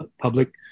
public